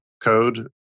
code